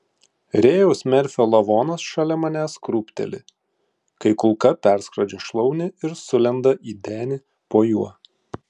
rėjaus merfio lavonas šalia manęs krūpteli kai kulka perskrodžia šlaunį ir sulenda į denį po juo